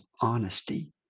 honesty